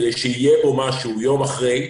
כדי שיהיה פה משהו יום אחרי.